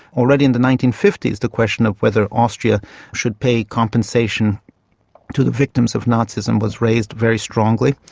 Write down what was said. already in the nineteen fifty s the question of whether austria should pay compensation to the victims of nazism was raised very strongly.